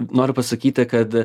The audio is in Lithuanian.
noriu pasakyti kad